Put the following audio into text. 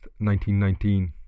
1919